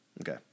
Okay